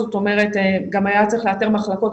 זאת אומרת היה צריך לאתר מחלקות,